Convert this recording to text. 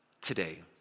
today